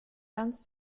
ganz